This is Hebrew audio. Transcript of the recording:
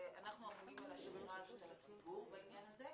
אמורים על השמירה על הציבור בעניין הזה.